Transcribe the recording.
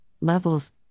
levels